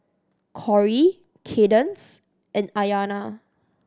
Corrie Kadence and Ayanna